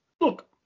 look